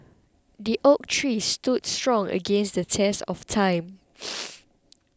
the oak tree stood strong against the test of time